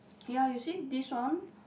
ya you see this one